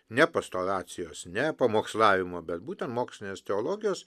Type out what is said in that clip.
ne pastoracijos ne pamokslavimo bet būtent mokslinės teologijos